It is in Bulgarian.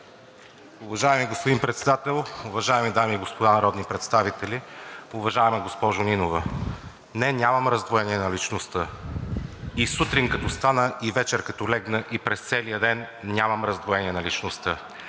Уважаеми господин Председател, уважаеми дами и господа народни представители! Уважаема госпожо Нинова, не, нямам раздвоение на личността. И сутрин, като стана, и вечер, като легна, и през целия ден нямам раздвоение на личността.